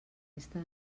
resta